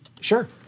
Sure